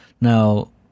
Now